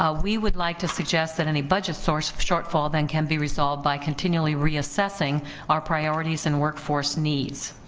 ah we would like to suggest that any budget source of shortfall then can be resolved by continually reassessing our priorities and workforce needs.